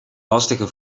lastige